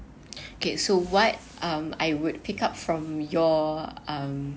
okay so what um I would pick up from your um